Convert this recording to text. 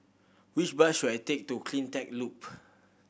which bus should I take to Cleantech Loop